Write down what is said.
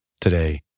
today